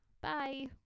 bye